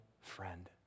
friend